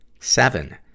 Seven